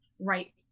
right